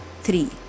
three